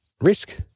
risk